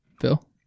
Phil